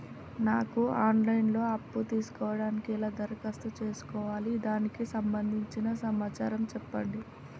నాకు online లో అప్పు తీసుకోవడానికి ఎలా దరఖాస్తు చేసుకోవాలి దానికి సంబంధించిన సమాచారం చెప్పండి?